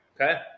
Okay